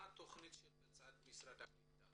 מה התכנית של משרד הקליטה?